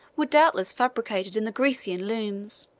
were doubtless fabricated in the grecian looms.